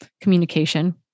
communication